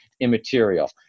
immaterial